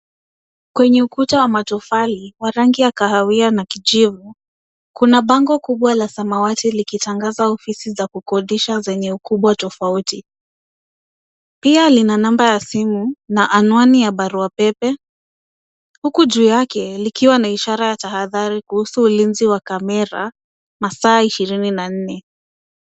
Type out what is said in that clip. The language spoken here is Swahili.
Kwenye ukuta wa matofali wa rangi ya kahawia na kijivu, kuna bango kubwa la samawati likitangaza ofisi za kukodisha zenye ukubwa tofauti. Pia lina namba ya simu na anwani ya barua pepe huku juu yake likiwa na ishara ya tahadhari kuhusu ulinzi wa kamera masaa ishirini na nne.